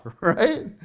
right